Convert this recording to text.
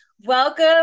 welcome